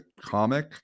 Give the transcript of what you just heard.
comic